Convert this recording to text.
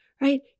right